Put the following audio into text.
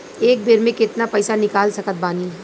एक बेर मे केतना पैसा निकाल सकत बानी?